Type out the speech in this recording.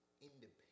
independent